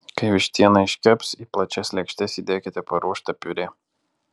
kai vištiena iškeps į plačias lėkštes įdėkite paruoštą piurė